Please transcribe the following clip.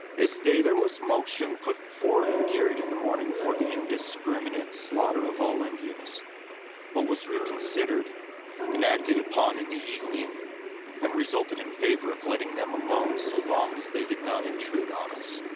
this day there was a motion put forward and carried in the morning for the indiscriminate slaughter of all indians what was reconsidered and acted upon in the evening and resulted in favor of letting them alone so long as they did not intrude on us.